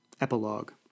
epilogue